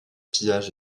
pillage